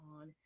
on